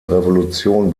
revolution